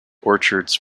orchards